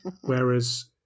Whereas